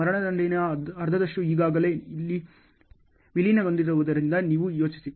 ಮರಣದಂಡನೆಯ ಅರ್ಧದಷ್ಟು ಈಗಾಗಲೇ ಇಲ್ಲಿ ವಿಲೀನಗೊಂಡಿರುವುದರಿಂದ ನೀವು ಯೋಚಿಸಿ